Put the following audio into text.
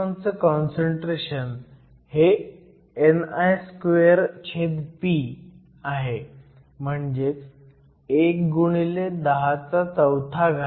electron चं concentration हे ni2p आहे म्हणजेच 1 x 104 cm 3